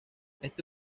este